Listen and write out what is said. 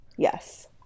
Yes